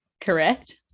Correct